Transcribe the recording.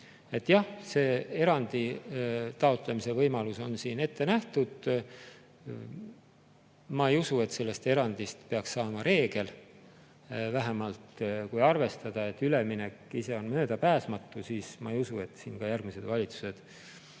Jah, see erandi taotlemise võimalus on siin ette nähtud. Ma ei usu, et sellest erandist peaks saama reegel. Vähemalt kui arvestada, et üleminek ise on möödapääsmatu, siis ma ei usu, et siin ka järgmised valitsused